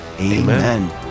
Amen